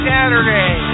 Saturday